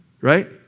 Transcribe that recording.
right